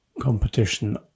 competition